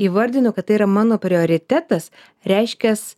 įvardinu kad tai yra mano prioritetas reiškias